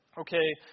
okay